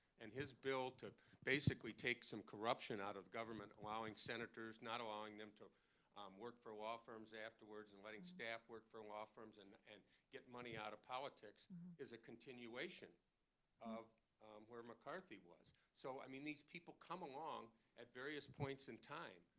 and his bill to basically take some corruption out of government, allowing senators not allowing them to work for law firms afterwards and letting staff work for law firms, and and get money out of politics is a continuation of where mccarthy was. so, i mean, these people come along at various points in time.